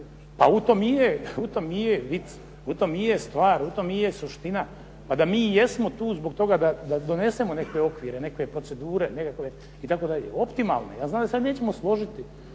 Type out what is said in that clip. dopusti. U tom i je vic, u tom i je stvar, u tom i je suština, da mi jesmo tu da donesemo neke okvire, neke procedure, optimalno. Ja znam da se nećemo složiti